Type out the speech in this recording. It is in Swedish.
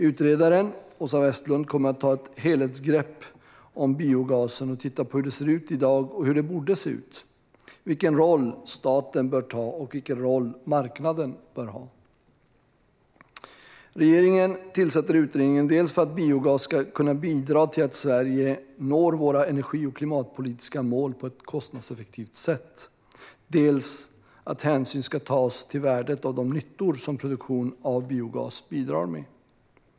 Utredaren Åsa Westlund kommer att ta ett helhetsgrepp om biogasen och titta på hur det ser ut i dag, hur det borde se ut, vilken roll staten bör ta och vilken roll marknaden bör ha. Regeringen tillsätter utredningen dels för att biogas ska kunna bidra till att Sverige når våra energi och klimatpolitiska mål på ett kostnadseffektivt sätt, dels för att hänsyn ska tas till värdet av de nyttor som produktion av biogas bidrar med.